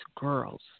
girls